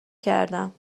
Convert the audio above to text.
کردم